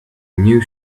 new